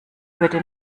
würde